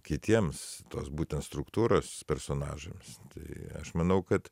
kitiems tos butent struktūros personažams tai aš manau kad